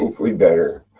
we better.